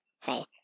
say